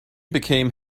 became